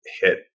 hit